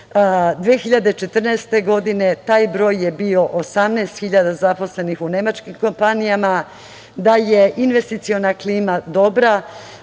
2014. taj broj je bio 18.000 zaposlenih u nemačkim kompanijama. Da je investiciona klima dobra,